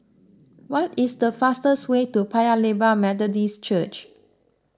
what is the fastest way to Paya Lebar Methodist Church